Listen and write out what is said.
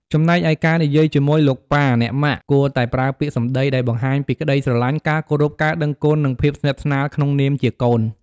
ចំំណែកឯការនិយាយជាមួយ លោកប៉ា អ្នកម៉ាក់ គួរតែប្រើពាក្យសម្ដីដែលបង្ហាញពីក្ដីស្រឡាញ់ ការគោរព ការដឹងគុណ និងភាពស្និទ្ធស្នាលក្នុងនាមជាកូន។